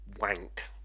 wank